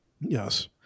Yes